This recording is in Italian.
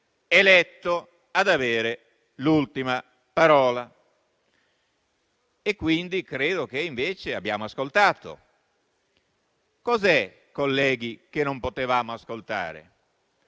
eletto ad avere l'ultima parola. Quindi, credo che invece abbiamo ascoltato. Cos'è, colleghi, che non potevamo ascoltare?